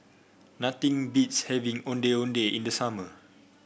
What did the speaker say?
nothing beats having Ondeh Ondeh in the summer